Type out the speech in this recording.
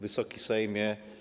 Wysoki Sejmie!